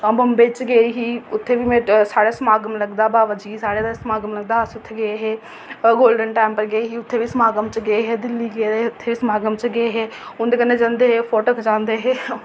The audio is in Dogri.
में बंबई गेई ही उत्थै बी समागम लग्गे दा बाबा जी हुंदा साढ़ा समागम लगदा अस उत्थै गे हे गोल्डन टैम्पल गे हे दिल्ली च गे हे समागम च उत्थै समागम च गे हे उंदे कन्नै जंदे हे फोटो खचांदे हे